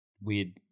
weird